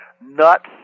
nuts